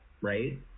right